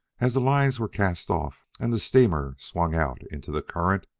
as the lines were cast off and the steamer swung out into the current,